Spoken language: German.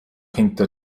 hinter